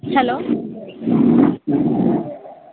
hello